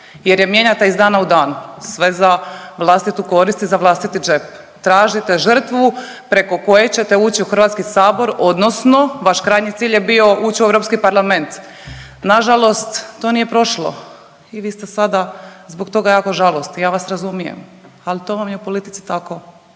jer je mijenjate iz dana u dan, sve za vlastitu korist i za vlastiti džep. Tražite žrtvu preko koje ćete ući u HS odnosno vaš krajnji cilj je bio uć u Europski parlament. Nažalost, to nije prošlo i vi ste sada zbog toga jako žalosni i ja vas razumijem, ali to vam je u politici tako.